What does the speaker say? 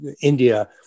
India